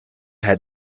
had